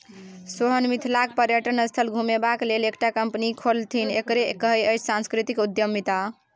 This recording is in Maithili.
सोहन मिथिलाक पर्यटन स्थल घुमेबाक लेल एकटा कंपनी खोललथि एकरे कहैत अछि सांस्कृतिक उद्यमिता